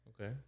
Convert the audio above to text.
Okay